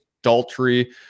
adultery